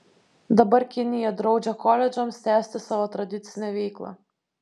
dabar kinija draudžia koledžams tęsti savo tradicinę veiklą